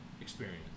experience